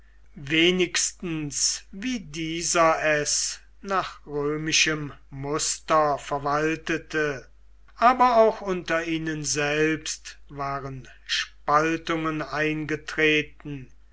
wenigstens wie dieser es nach römischem muster verwaltete aber auch unter ihnen selbst waren spaltungen eingetreten